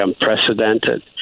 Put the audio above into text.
unprecedented